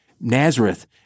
Nazareth